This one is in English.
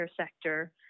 sector